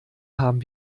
haben